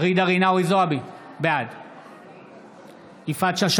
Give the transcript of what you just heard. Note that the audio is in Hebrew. ג'ידא רינאוי זועבי, בעד יפעת שאשא